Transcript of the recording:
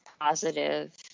positive